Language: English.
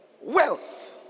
wealth